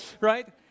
right